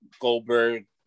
Goldberg